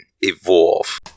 evolve